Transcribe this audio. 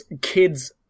kids